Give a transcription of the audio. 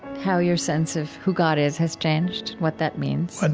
how your sense of who god is has changed, what that means, and